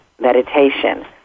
meditation